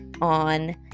on